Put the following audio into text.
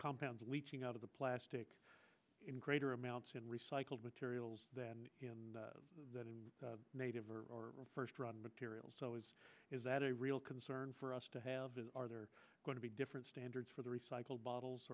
compounds leeching out of the plastic in greater amounts in recycled materials that in native or or first run materials is that a real concern for us to have are there going to be different standards for the recycled bottles